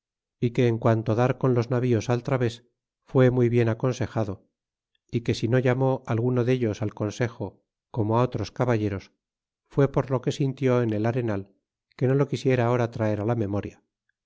y que en guante dar con los navíos al través fué muy bien aconsejado y que si no llamó alguno dellos al consejo como á otros ab aller os fué por lo que sintió en el arenal que no lo quisiera ahora traer á la memoria